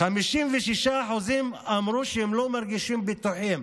56% אמרו שהם לא מרגישים בטוחים